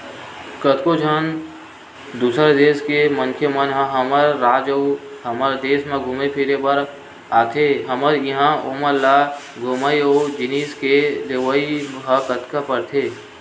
कतको झन दूसर देस के मनखे मन ह हमर राज अउ हमर देस म घुमे फिरे बर आथे हमर इहां ओमन ल घूमई अउ जिनिस के लेवई ह कमती परथे